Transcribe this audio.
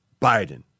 Biden